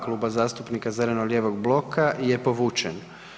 Kluba zastupnika zeleno-lijevog bloka je povučen.